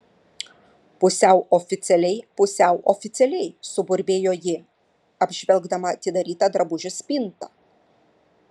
pusiau oficialiai pusiau oficialiai suburbėjo ji apžvelgdama atidarytą drabužių spintą